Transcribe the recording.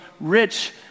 rich